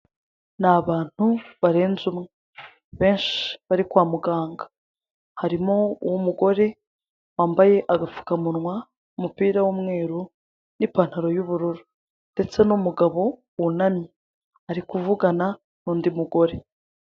Ni abantu barenze umwe benshi bari kwa muganga, harimo umugore wambaye agapfukamunwa umupira w'umweru n'ipantaro y'ubururu ndetse umugabo wunamye ari kuvugana n'undi mugore.